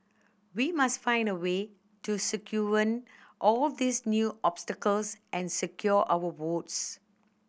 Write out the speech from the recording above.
we must find a way to circumvent all these new obstacles and secure our votes